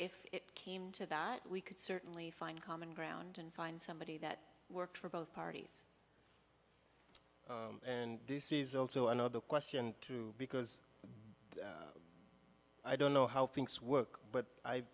if it came to that we could certainly find common ground and find somebody that worked for both parties and this is also another question too because i don't know how things work but i